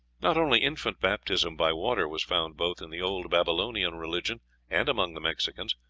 not only infant baptism by water was found both in the old babylonian religion and among the mexicans,